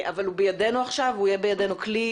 אבל הוא בידינו עכשיו ויהיה בידינו כלי